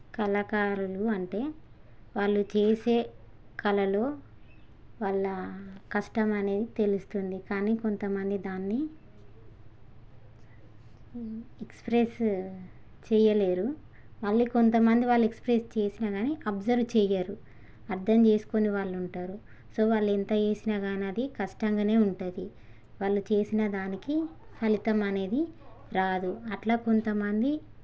కళాకారులు అంటే వాళ్ళు చేసే కళలు వాళ్ళ కష్టమనేది తెలుస్తుంది కానీ కొంతమంది దాన్ని ఎక్స్ప్రెస్ చేయలేరు మళ్ళీ కొంతమంది వాళ్ళు ఎక్స్ప్రెస్ చేసిన కా అబ్సర్వ్ చేయరు అర్థం చేసుకొని వాళ్ళు ఉంటారు సో వాళ్ళు ఎంత చేసిన కానీ అది కష్టంగానే ఉంటుంది వాళ్ళు చేసిన దానికి ఫలితం అనేది రాదు అట్లా కొంతమంది